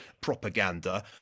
propaganda